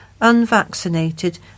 unvaccinated